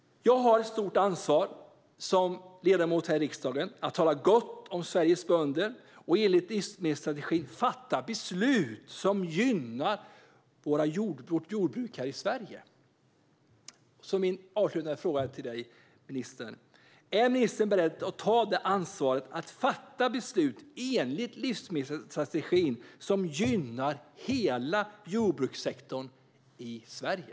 Jag har som ledamot här i riksdagen ett stort ansvar att tala gott om Sveriges bönder och i enlighet med livsmedelsstrategin fatta beslut som gynnar vårt jordbruk här i Sverige. Min avslutande fråga till ministern är: Är ministern beredd att ta ansvaret att i enlighet med livsmedelsstrategin fatta beslut som gynnar hela jordbrukssektorn i Sverige?